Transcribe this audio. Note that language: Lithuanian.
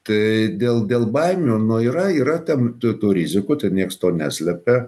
tai dėl dėl baimių na yra yra ten tų tų rizikų tai niekas to neslepia